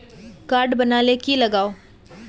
Card बना ले की लगाव?